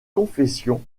confession